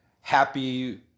happy